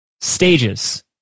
stages